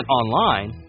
online